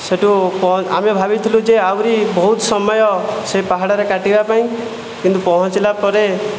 ସେଠୁ ଆମେ ଭାବିଥିଲୁ ଯେ ଆହୁରି ବହୁତ ସମୟ ସେ ପାହାଡ଼ରେ କାଟିବା ପାଇଁ କିନ୍ତୁ ପହଞ୍ଚିଲା ପରେ